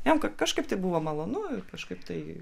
jam kad kažkaip tai buvo malonu ir kažkaip tai